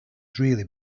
really